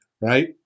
right